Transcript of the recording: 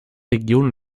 region